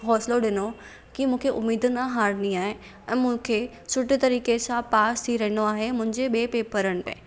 होसलो ॾिनो की मूंखे उमेदु न हारणी आहे ऐं मूंखे सुठे तरीक़े सां पास थी रहणो आहे मुंहिंजे ॿिए पेपरनि में